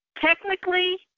Technically